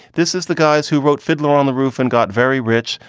this is the guys who wrote fiddler on the roof and got very rich.